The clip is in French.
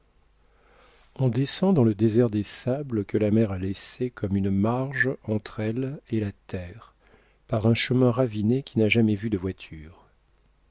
on descend dans le désert des sables que la mer a laissés comme une marge entre elle et la terre par un chemin raviné qui n'a jamais vu de voitures